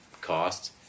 cost